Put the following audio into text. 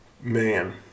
Man